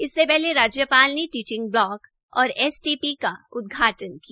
इससे पहले राज्यपाल ने टीचिंग ब्लॉक और एसटीपी का उदघाटन किया